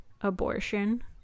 abortion